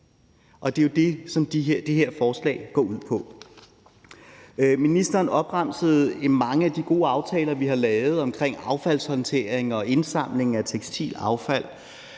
det er jo det, som det her forslag går ud på. Ministeren opremsede mange af de gode aftaler, vi har lavet, om affaldshåndtering og indsamling af tekstilaffald,